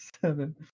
seven